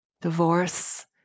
Divorce